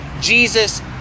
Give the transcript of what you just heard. Jesus